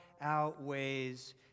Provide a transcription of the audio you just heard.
outweighs